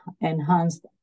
enhanced